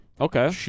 Okay